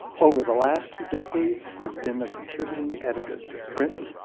over the last two decades, he has been a contributing editor to print,